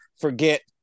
forget